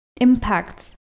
impacts